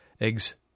Eggs